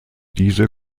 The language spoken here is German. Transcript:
diese